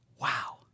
Wow